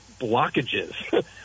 blockages